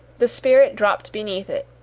the spirit dropped beneath it,